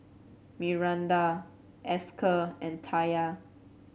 Myranda Esker and Taya